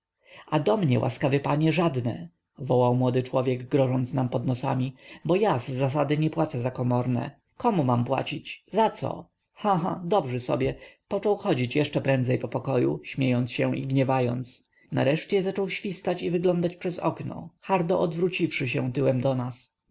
a do mnie łaskawy panie żadne wołał młody człowiek grożąc nam pod nosami bo ja z zasady nie płacę za komorne komu mam płacić zaco ha ha dobrzy sobie począł chodzić jeszcze prędzej po pokoju śmiejąc się i gniewając nareszcie zaczął świstać i wyglądać przez okno hardo odwróciwszy się tyłem do nas